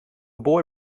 boy